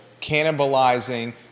cannibalizing